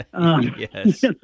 Yes